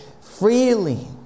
freely